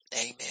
Amen